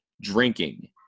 drinking